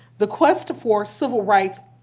the quest for civil rights,